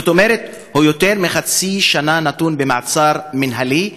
זאת אומרת, הוא יותר מחצי שנה נתון במעצר מינהלי.